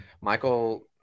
Michael